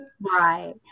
Right